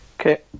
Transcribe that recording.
Okay